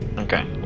Okay